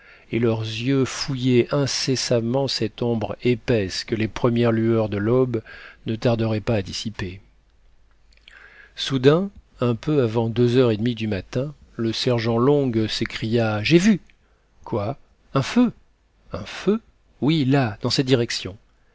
et leurs yeux fouillaient incessamment cette ombre épaisse que les premières lueurs de l'aube ne tarderaient pas à dissiper soudain un peu avant deux heures et demie du matin le sergent long s'écria j'ai vu quoi un feu un feu oui là dans cette direction